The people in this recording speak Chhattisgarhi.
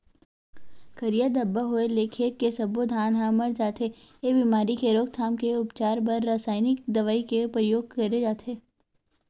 करिया धब्बा होय ले खेत के सब्बो धान ह मर जथे, ए बेमारी के रोकथाम के उपचार बर रसाइनिक दवई के परियोग करे जाथे